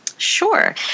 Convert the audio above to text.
Sure